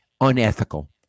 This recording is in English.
unethical